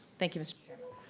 thank you mr. chairman.